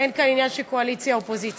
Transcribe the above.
אין כאן עניין של קואליציה אופוזיציה.